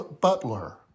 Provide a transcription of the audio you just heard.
Butler